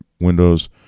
Windows